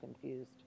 confused